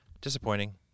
disappointing